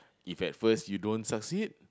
if at first you don't succeed